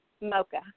Mocha